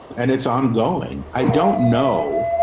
and it's ongoing. i don't know.